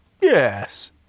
Yes